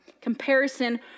Comparison